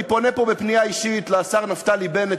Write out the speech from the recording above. אני פונה פה בפנייה אישית לשר נפתלי בנט,